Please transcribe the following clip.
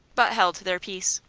but held their peace.